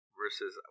versus